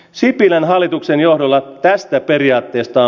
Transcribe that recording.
sipilän hallituksen johdolla tästä periaatteesta